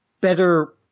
better